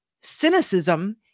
cynicism